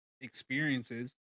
experiences